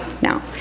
now